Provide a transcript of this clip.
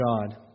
God